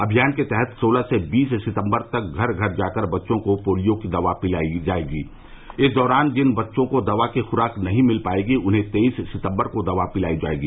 अभियान के तहत सोलह से बीस सितम्बर तक घर घर जाकर बच्चों को पोलियो की दवा पिलाई जायेगी इस दौरान जिन बच्चों को दवा की खुराक नहीं मिल पायेगी उन्हें तेईस सितम्बर को दवा पिलाई जायेगी